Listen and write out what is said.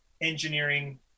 engineering